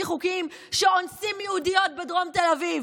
חוקיים שאונסים יהודיות בדרום תל אביב.